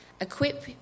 equip